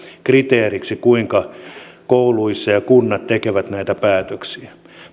kriteeriksi kuinka kunnat tekevät näitä päätöksiä